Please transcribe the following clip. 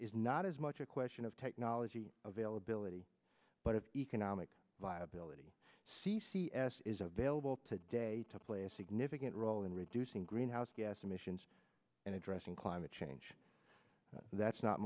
is not as much a question of technology availability but of economic viability c c s is available today to play a significant role in reducing greenhouse gas emissions and addressing climate change that's not